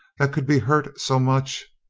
that could be hurt so much?